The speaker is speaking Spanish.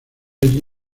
allí